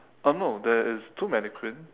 uh no there is two mannequin